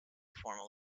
formal